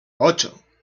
ocho